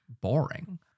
boring